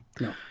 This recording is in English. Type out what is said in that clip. No